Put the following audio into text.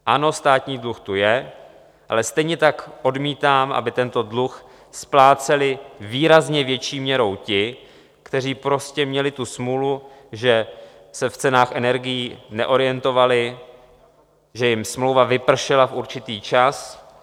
Ano, státní dluh tu je, ale stejně tak odmítám, aby tento dluh spláceli výrazně větší měrou ti, kteří prostě měli tu smůlu, že se v cenách energií neorientovali, že jim smlouva vypršela v určitý čas.